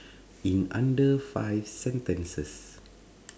in under five sentences